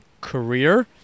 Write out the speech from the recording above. career